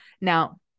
now